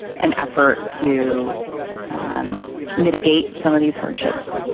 an effort to mitigate some of these hardships?